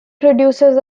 produces